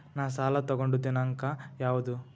ನಾ ಸಾಲ ತಗೊಂಡು ದಿನಾಂಕ ಯಾವುದು?